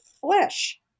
flesh